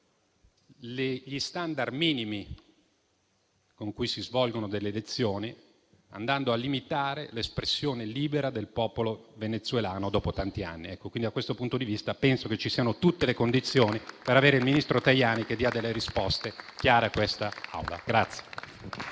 gli standard minimi con cui si svolgono le elezioni, andando a limitare l'espressione libera del popolo venezuelano dopo tanti anni. Da questo punto di vista, penso che ci siano tutte le condizioni per avere qui il ministro Tajani affinché dia delle risposte chiare a quest'Assemblea.